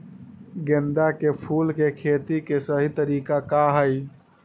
गेंदा के फूल के खेती के सही तरीका का हाई?